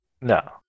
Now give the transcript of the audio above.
No